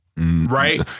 Right